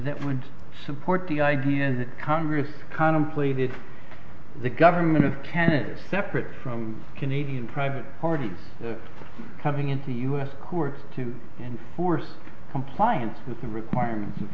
that would support the idea that congress contemplated the government of ten years separate from canadian private parties coming into u s courts to enforce compliance with the requirements of